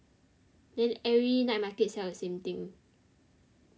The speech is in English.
then every night market sell the same thing